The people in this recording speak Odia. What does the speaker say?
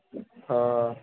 ହଁ